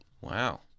Wow